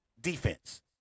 defense